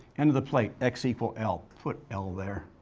end of the plate, x equal l. put l there.